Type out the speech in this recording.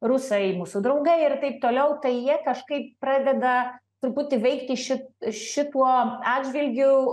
rusai mūsų draugai ir taip toliau tai jie kažkaip pradeda truputį veikti ši šituo atžvilgiu